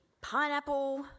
pineapple